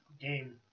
game